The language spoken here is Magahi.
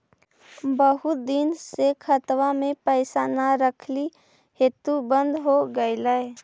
बहुत दिन से खतबा में पैसा न रखली हेतू बन्द हो गेलैय?